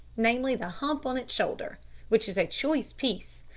namely, the hump on its shoulder which is a choice piece,